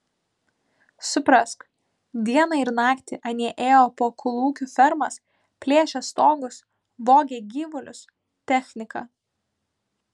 suprask dieną ir naktį anie ėjo po kolūkių fermas plėšė stogus vogė gyvulius techniką